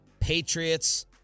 Patriots